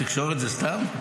תקשורת זה סתם?